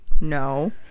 no